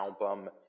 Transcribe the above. album